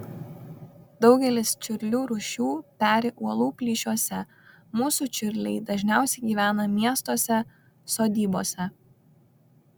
daugelis čiurlių rūšių peri uolų plyšiuose mūsų čiurliai dažniausiai gyvena miestuose sodybose